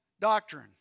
doctrine